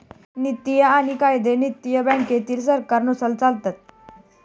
नियम आणि कायदे नैतिक बँकेतील सरकारांनुसार चालतात